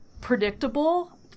predictable